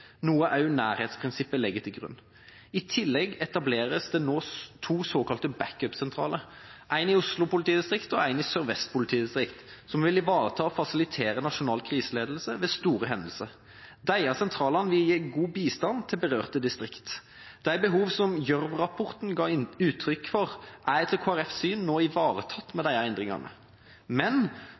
noe også nærhetsprinsippet legger til grunn. I tillegg etableres det nå to såkalte backup-sentraler, en i Oslo politidistrikt og en i Sør-Vest politidistrikt, som vil ivareta og fasilitere nasjonal kriseledelse ved store hendelser. Disse sentralene vil gi god bistand til berørte distrikt. De behov som Gjørv-rapporten ga uttrykk for, er etter Kristelig Folkepartis syn nå ivaretatt med disse endringene. Men